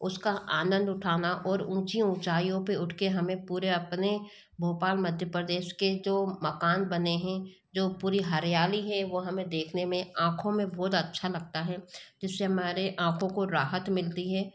उसका आनंद उठाना और ऊँची ऊँचाइयों पर उठ के हमें पूरे अपने भोपाल मध्य प्रदेश के जो मकान बने हैं जो पूरी हरियाली है वो हमें देखने में आँखों में बहुत अच्छा लगता है जिस से हमारे आँखों को राहत मिलती है